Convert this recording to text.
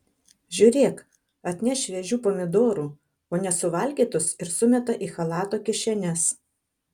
žiūrėk atneš šviežių pomidorų o nesuvalgytus ir sumeta į chalato kišenes